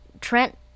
Trent